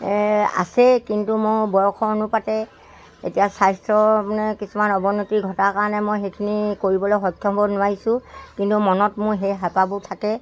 আছেই কিন্তু মোৰ বয়সৰ অনুপাতে এতিয়া স্বাস্থ্য মানে কিছুমান অৱনতি ঘটাৰ কাৰণে মই সেইখিনি কৰিবলৈ সক্ষম হ'ব নোৱাৰিছোঁ কিন্তু মনত মোৰ সেই হেঁপাহবোৰ থাকে